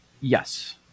Yes